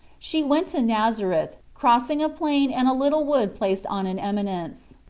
she went to nazareth, crossing a plain and a little wood placed on an eminence.